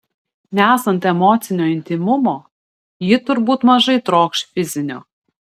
nesant emocinio intymumo ji turbūt mažai trokš fizinio